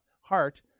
heart